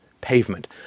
pavement